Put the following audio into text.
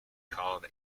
called